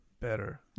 Better